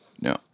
No